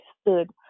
stood